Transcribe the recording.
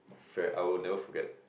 fair I will never forget